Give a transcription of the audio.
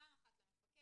פעם אחת למפקח,